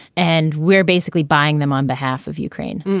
and we're basically buying them on behalf of ukraine.